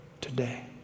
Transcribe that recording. today